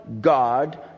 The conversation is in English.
God